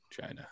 China